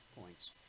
points